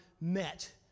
met